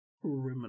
criminal